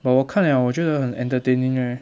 but 我看 liao 我觉得很 entertaining eh